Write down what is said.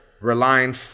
relying –